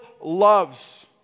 loves